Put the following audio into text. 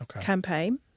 campaign